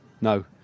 No